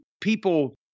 people